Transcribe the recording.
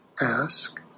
Ask